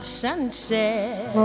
sunset